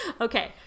okay